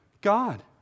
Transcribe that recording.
God